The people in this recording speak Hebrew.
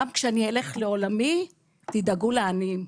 גם כשאני אלך לעולמי, תדאגו לעניים.